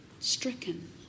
Stricken